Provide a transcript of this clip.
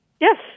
Yes